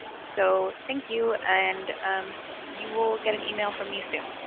so thank you and you will get an email from me soon